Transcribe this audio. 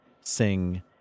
sing